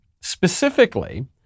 Specifically